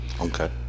Okay